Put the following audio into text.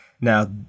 Now